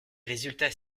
résultats